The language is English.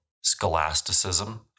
scholasticism